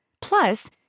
Plus